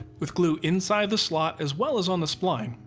with glue inside the slot as well as on the spline,